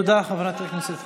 תודה, חברת הכנסת חוה.